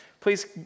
Please